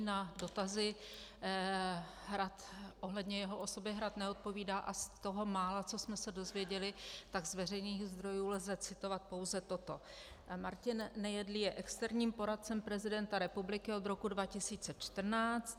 Na dotazy ohledně jeho osoby Hrad neodpovídá a z toho mála, co jsme se dozvěděli, tak z veřejných zdrojů lze citovat pouze toto: Martin Nejedlý je externím poradcem prezidenta republiky od roku 2014.